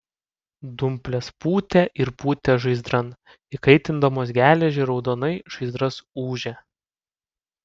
dumplės pūtė ir pūtė žaizdran įkaitindamos geležį raudonai žaizdras ūžė